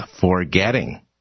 forgetting